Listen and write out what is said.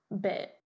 bit